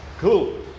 Cool